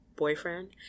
boyfriend